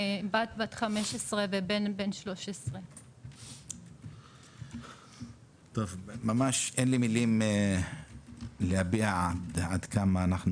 בת נוספת בת 15 ובן בן 13. ממש אין לי מילים להביע עד כמה אנחנו